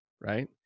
right